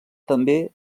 també